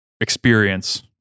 experience